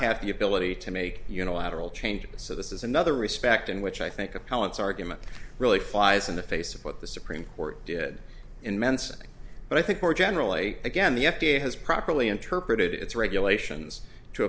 have the ability to make unilateral change so this is another respect in which i think opponents argument really flies in the face of what the supreme court did in mensing but i think more generally again the f d a has properly interpreted its regulations to